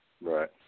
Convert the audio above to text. Right